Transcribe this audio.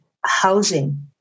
housing